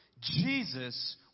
Jesus